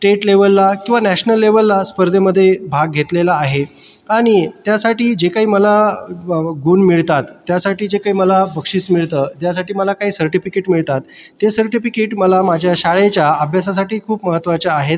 state लेव्हलला किंवा national लेव्हलला स्पर्धेमध्ये भाग घेतलेला आहे आणि त्यासाठी जे काही मला ग गुण मिळतात त्यासाठी जे काही मला बक्षीस मिळतं त्यासाठी मला काही सर्टिफिकेट मिळतात ते सर्टिफिकेट मला माझ्या शाळेच्या अभ्यासासाठी खूप महत्त्वाच्या आहेत